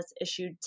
issued